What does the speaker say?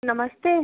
नमस्ते